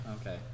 Okay